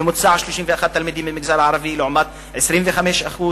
הוא מעלה שזה ממוצע של 31 תלמידים בכיתה במגזר הערבי לעומת 28 בממלכתי